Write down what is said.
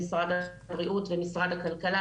אם זה משרד הבריאות ומשרד הכלכלה,